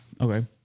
Okay